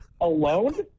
alone